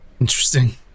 Interesting